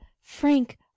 Frank